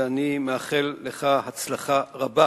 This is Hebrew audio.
ואני מאחל לך הצלחה רבה